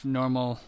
normal